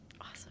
Awesome